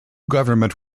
government